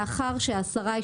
לאחר שהשרה,